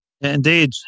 Indeed